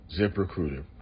ZipRecruiter